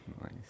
Nice